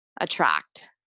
attract